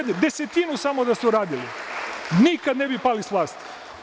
Desetinu samo da ste uradili, nikad ne bi pali sa vlasti.